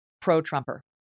pro-Trumper